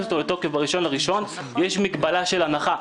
לתוקף ב-1 בינואר יש מגבלה של הנחה.